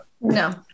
No